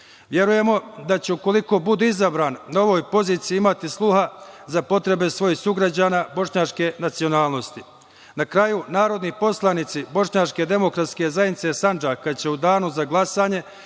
suda. Verujemo da će, ukoliko bude izabran, na ovoj poziciji imati sluha da potrebe svojih sugrađana bošnjačke nacionalnosti. Na kraju, narodni poslanici Bošnjačke demokratske zajednice Sandžaka, će u danu za glasanje